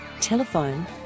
Telephone